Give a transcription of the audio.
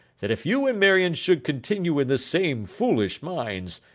that if you and marion should continue in the same foolish minds,